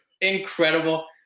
incredible